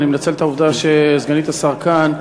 אבל אני מנצל את העובדה שסגנית השר כאן,